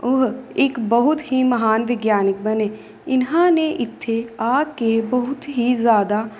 ਉਹ ਇੱਕ ਬਹੁਤ ਹੀ ਮਹਾਨ ਵਿਗਿਆਨਿਕ ਬਣੇ ਇਹਨਾਂ ਨੇ ਇੱਥੇ ਆ ਕੇ ਬਹੁਤ ਹੀ ਜ਼ਿਆਦਾ